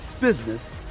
business